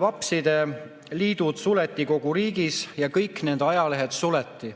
vapside liidud suleti kogu riigis ja kõik nende ajalehed suleti.